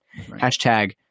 Hashtag